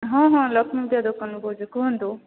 ହଁ ହଁ ଲକ୍ଷ୍ମୀପ୍ରିୟା ଦୋକାନରୁ କହୁଛି କୁହନ୍ତୁ